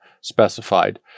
specified